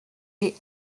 les